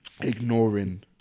ignoring